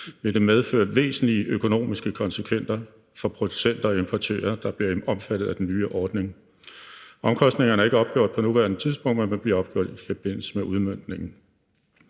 hvilket medfører væsentlige økonomiske konsekvenser for producenter og importører, der bliver omfattet af den nye ordning. Omkostningerne er ikke opgjort på nuværende tidspunkt, men vil blive opgjort i forbindelse med udmøntningen.